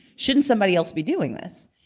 shouldn't somebody else be doing this?